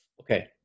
Okay